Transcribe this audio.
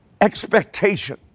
Expectation